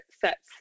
sets